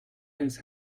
his